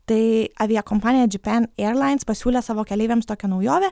tai aviakompanija japan airlines pasiūlė savo keleiviams tokią naujovę